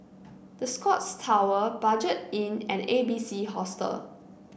The Scotts Tower Budget Inn and A B C Hostel